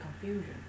confusion